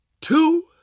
two